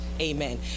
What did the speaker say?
Amen